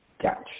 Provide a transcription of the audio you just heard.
Gotcha